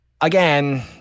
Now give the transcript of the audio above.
again